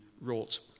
wrought